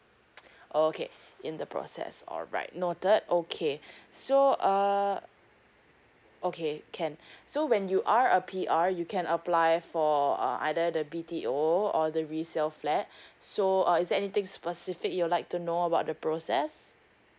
oh okay in the process all right noted okay so err okay can so when you are a P_R you can apply for err either the B_T_O or the resale flat so uh is there anything specific you like to know about the process